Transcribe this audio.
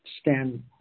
stand